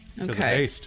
Okay